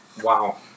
Wow